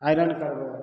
iron करबय